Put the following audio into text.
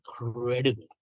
incredible